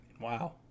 Wow